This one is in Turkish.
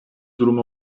durum